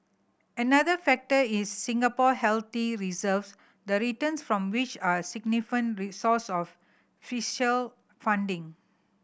another factor is Singapore healthy reserve the returns from which are significant resource of fiscal funding